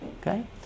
Okay